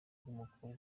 bw’umukozi